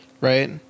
right